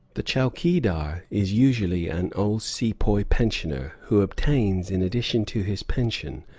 the chowkeedar is usually an old sepoy pensioner, who obtains, in addition to his pension,